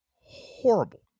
Horrible